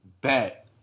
Bet